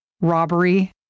robbery